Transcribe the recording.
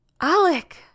Alec